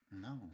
no